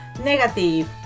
negative